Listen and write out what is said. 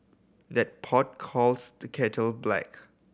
that pot calls the kettle black